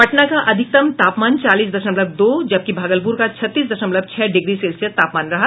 पटना का अधिकतम तापमान चालीस दशमलव दो जबकि भागलपुर का छत्तीस दशमलव छह डिग्री सेल्सियस तापमान रहा